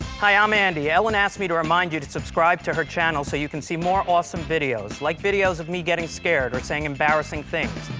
hi. i'm um andy. ellen asked me to remind you to subscribe to her channel so you can see more awesome videos. like videos of me getting scared or saying embarrassing things,